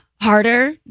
harder